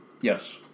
Yes